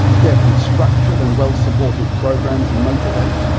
carefully structured and well supported programs motivate,